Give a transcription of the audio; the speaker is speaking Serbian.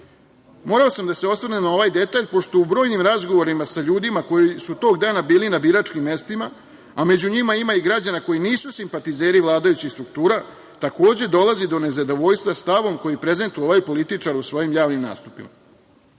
desi. Morao sam da se osvrnem na ovaj detalj pošto u brojnim razgovorima sa ljudima koji su tog dana bili na biračkim mestima, a među njima ima i građana koji nisu simpatizeri vladajućih struktura, takođe dolazi do nezadovoljstva stavom koji prezentuje ovaj političar u svojim javnim nastupima. Sve